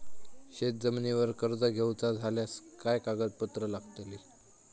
शेत जमिनीवर कर्ज घेऊचा झाल्यास काय कागदपत्र लागतली?